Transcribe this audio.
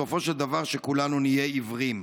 סופו של דבר שכולנו נהיה עיוורים.